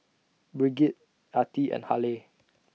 Brigid Artie and Haleigh